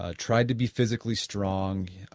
ah try to be physically strong,